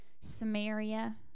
Samaria